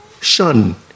shun